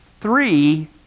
three